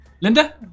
Linda